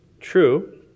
true